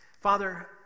Father